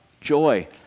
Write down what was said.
joy